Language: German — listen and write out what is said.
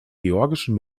georgischen